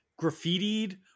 graffitied